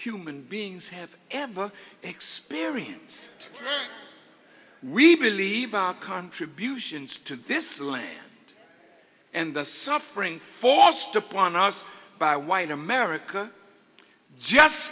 human beings have ever experience we believe contributions to this and the suffering forced upon us by white america just